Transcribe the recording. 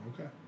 Okay